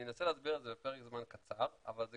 אני אנסה להסביר את זה בפרק זמן קצר, אבל זו